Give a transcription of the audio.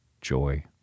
joy